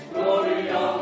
Gloria